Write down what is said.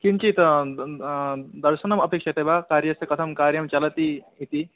किञ्चित् दर्शनम् अपेक्ष्यते वा कार्यस्य कथं कार्यं चलति इति